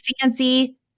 fancy